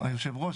היושב ראש,